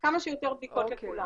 כמה שיותר בדיקות לכולם.